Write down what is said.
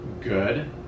good